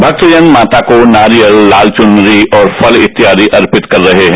भक्तजन माता को नारियल लाल चुनरी और फल इत्यादि अर्पित कर रहे हैं